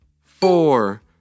four